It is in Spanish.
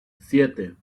siete